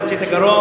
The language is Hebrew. מוציא את הגרון,